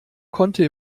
konnte